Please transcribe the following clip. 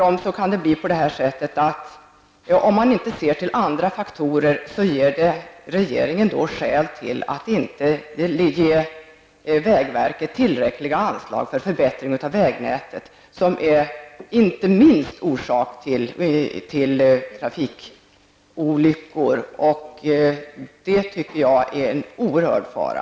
Om man inte ser till andra faktorer kan det ge regeringen skäl till att inte ge vägverket tillräckliga anslag för förbättring av vägnätet, vilket inte minst orsakar trafikolyckor. Det är en oerhörd fara.